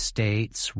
States